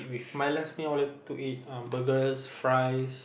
my last meal I wanted to eat was burgers fries